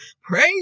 praise